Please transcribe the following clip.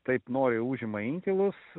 taip noriai užima inkilus